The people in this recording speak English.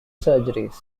surgeries